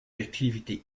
activité